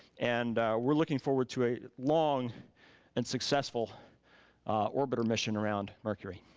and we're looking forward to a long and successful orbiter mission around mercury.